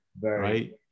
right